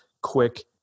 quick